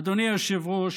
אדוני היושב-ראש,